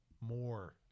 more